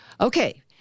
Okay